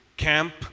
camp